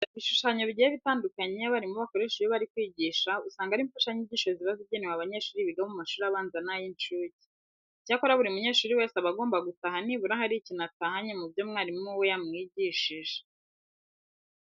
Ibishushanyo bigiye bitandukanye abarimu bakoresha iyo bari kwigisha, usanga ari imfashanyigisho ziba zigenewe abanyeshuri biga mu mashuri abanza n'ay'incuke. Icyakora buri munyeshuri wese aba agomba gutaha nibura hari ikintu atahanye mu byo mwarimu we aba yamwigishije.